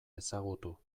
ezagutu